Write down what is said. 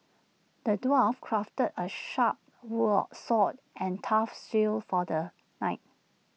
the dwarf crafted A sharp wall sword and tough shield for the knight